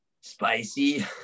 spicy